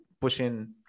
pushing